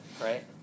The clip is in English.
right